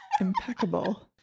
impeccable